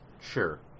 Sure